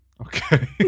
okay